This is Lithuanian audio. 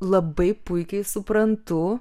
labai puikiai suprantu